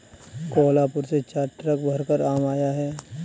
कोहलापुर से चार ट्रक भरकर आम आया है